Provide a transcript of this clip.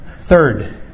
Third